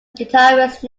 guitarist